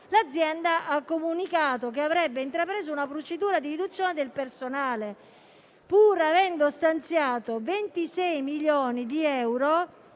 l'azienda ha comunicato che avrebbe intrapreso una procedura di riduzione del personale, pur avendo stanziato 26 milioni di euro